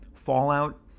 fallout